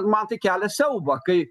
man tai kelia siaubą kai